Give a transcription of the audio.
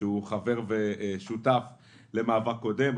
שהוא חבר ושותף למאבק קודם.